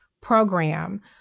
program